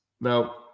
Now